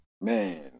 Man